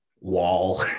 wall